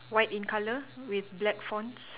white in color with black fonts